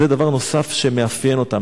זה דבר נוסף שמאפיין אותם.